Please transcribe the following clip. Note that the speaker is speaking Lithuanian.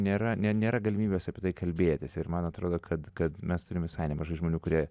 nėra nė nėra galimybės apie tai kalbėtis ir man atrodo kad kad mes turim visai nemažai žmonių kurie